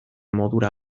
modura